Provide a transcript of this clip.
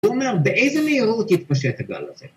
‫כלומר, באיזה מהירות ‫התפשט הגל הזה?